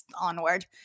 onward